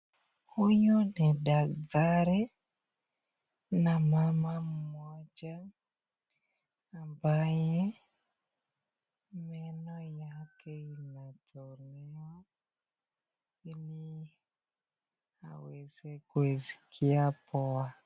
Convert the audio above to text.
Huyu ni daktari na mama mmoja ambaye meno yake inatolewa ili aweze kusikia poa.